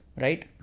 Right